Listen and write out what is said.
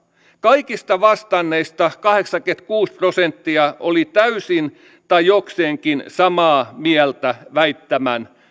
kaikista vastanneista kahdeksankymmentäkuusi prosenttia oli täysin tai jokseenkin samaa mieltä väittämän